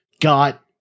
got